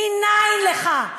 מנין לך?